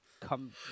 come